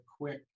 quick